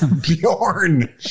Bjorn